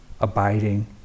abiding